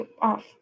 off